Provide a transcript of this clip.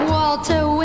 Walter